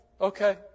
okay